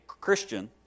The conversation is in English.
Christian